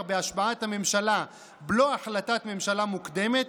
בהשבעת הממשלה בלא החלטת ממשלה מוקדמת,